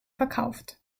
verkauft